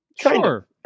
sure